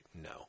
No